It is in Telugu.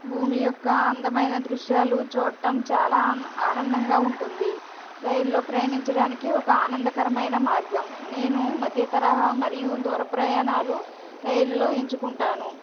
భూమి యొక్క అందమైన దృశ్యాలు చూడటం చాలా ఆనందంగా ఉంటుంది రైలు లో ప్రయాణించడానికి ఒక ఆనందకరమైన మార్గం నేను మధ్యతరహా మరియు దూర ప్రయాణాలు రైల్ లో ఎంచుకుంటాను